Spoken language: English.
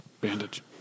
Bandage